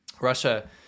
Russia